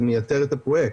זה מייתר את הפרוייקט.